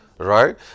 Right